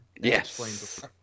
Yes